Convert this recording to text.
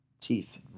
Teeth